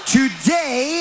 today